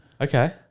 Okay